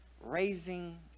Raising